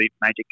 major